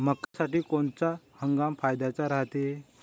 मक्क्यासाठी कोनचा हंगाम फायद्याचा रायते?